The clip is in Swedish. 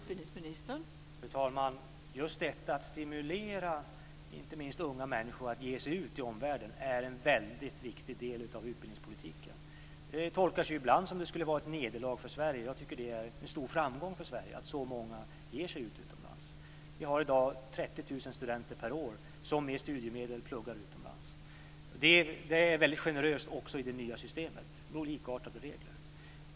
Fru talman! Just detta att stimulera inte minst unga människor att ge sig ut i omvärlden är en väldigt viktig del av utbildningspolitiken. Det tolkas ibland som att det skulle vara ett nederlag för Sverige. Jag tycker att det är en stor framgång för Sverige att så många beger sig utomlands. Vi har i dag 30 000 studenter per år som med studiemedel pluggar utomlands. Detta är väldigt generöst också i det nya systemet, med likartade regler.